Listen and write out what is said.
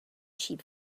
sheep